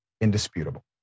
indisputable